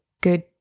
good